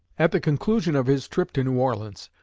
at the conclusion of his trip to new orleans,